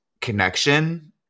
connection